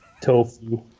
Tofu